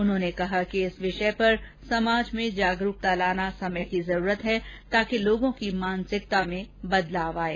उन्होंने कहा कि इस विषय पर समाज में जागरूकता लाना समय की जरूरत है ताकि लोगों की मानसिकता में बदलाव लाये